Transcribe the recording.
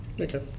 Okay